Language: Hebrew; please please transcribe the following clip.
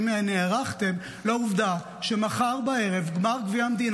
האם נערכתם לעובדה שמחר בערב גמר גביע המדינה,